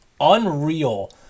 unreal